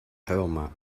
roma